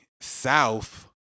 South